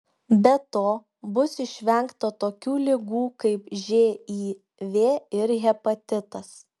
be to bus išvengta tokių ligų kaip živ ir hepatitas